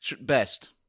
Best